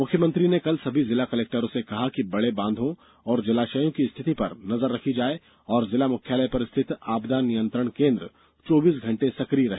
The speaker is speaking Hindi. मृख्यमंत्री ने कल सभी जिलों कलेक्टरों से कहा है कि बड़े बांधों और जलाषयों की स्थिति पर नजर रखी जाये और जिला मुख्यालय पर स्थित आपदा नियंत्रण केन्द चौबीस घंटे सकिय रहे